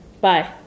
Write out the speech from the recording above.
Bye